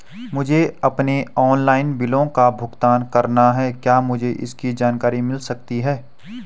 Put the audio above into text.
मुझे अपने ऑनलाइन बिलों का भुगतान करना है क्या मुझे इसकी जानकारी मिल सकती है?